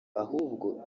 ahubwo